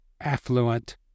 affluent